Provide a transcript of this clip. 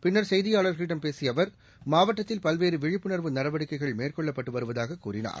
பின்ள் செய்தியாளா்களிடம் பேசிய அவர் மாவட்டத்தில் பல்வேறு விழிப்புணர்வு நடவடிக்கைகள் மேற்கொள்ளப்பட்டு வருவதாக கூறினார்